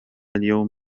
اليوم